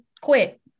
quit